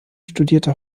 studierte